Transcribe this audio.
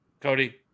cody